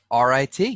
rit